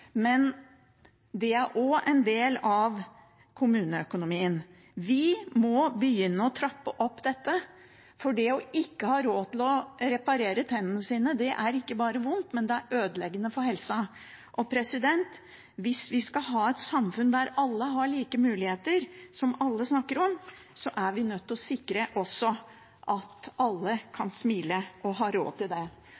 men det er også en del av kommuneøkonomien. Vi må begynne å trappe opp dette, for det å ikke ha råd til å reparere tennene sine er ikke bare vondt, men det er ødeleggende for helsa. Hvis vi skal ha et samfunn der alle har like muligheter, som alle snakker om, er vi nødt til å sikre at alle